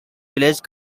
village